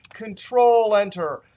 control-enter,